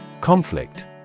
Conflict